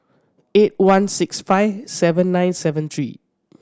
eight one six five seven nine seven three